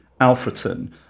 Alfreton